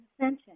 Ascension